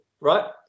right